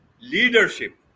leadership